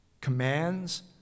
commands